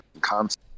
concept